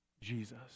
Jesus